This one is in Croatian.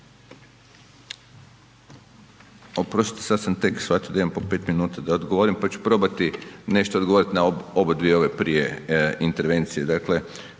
Oprostite, sad sam tek shvatio da imam po 5 minuta da odgovorim, pa ću probati nešto odgovorit na obadvije ove prije intervencije,